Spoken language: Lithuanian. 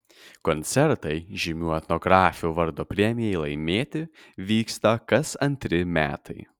koncertai žymių etnografių vardo premijai laimėti vyksta kas antri metai